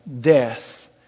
death